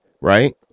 Right